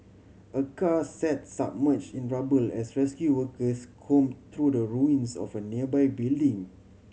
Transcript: a car sat submerged in rubble as rescue workers combed through the ruins of a nearby building